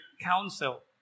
council